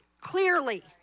clearly